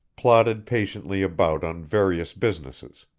plodded patiently about on various businesses.